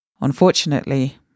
unfortunately